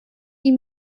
die